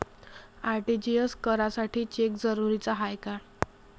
RTGS करासाठी cheque जरुरीचा हाय काय?